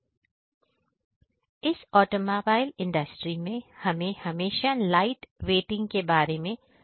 What इस automobile industry में हमें हमेशा लाइट वेटिंग के बारे में सोचना पड़ता है